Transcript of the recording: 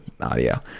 audio